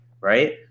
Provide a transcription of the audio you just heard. Right